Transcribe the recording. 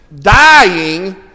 dying